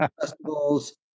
festivals